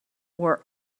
were